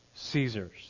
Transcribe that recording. Caesars